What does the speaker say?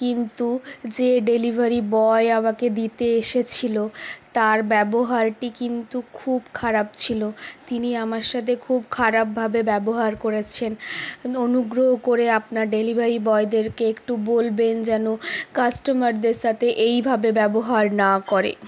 কিন্তু যে delivery boy আমাকে দিতে এসেছিলো তার ব্যবহারটি কিন্তু খুব খারাপ ছিল তিনি আমার সাথে খুব খারাপভাবে ব্যবহার করেছেন অনুগ্রহ করে আপনার ডেলিভারি বয়দেরকে একটু বলবেন যেন কাস্টমারদের সাথে এইভাবে ব্যবহার না করে